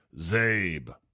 Zabe